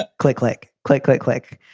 ah click, click, click, click, click.